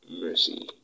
mercy